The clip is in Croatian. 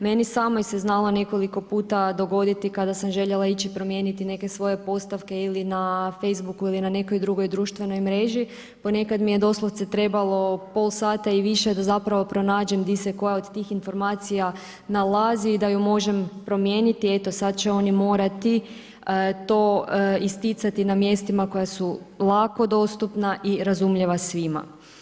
Meni samoj se znalo nekoliko puta dogoditi kada sam željela ići promijeniti neke svoje postavke ili na Facebook-u ili na nekoj drugoj društvenoj mreži, ponekad mi je doslovce trebalo pol sata i više da zapravo pronađem di se koja od tih informacija nalazi i da ju možem promijeniti, evo sad će oni morati to isticati na mjestima koja su lako dostupna i razumljiva svima.